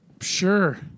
Sure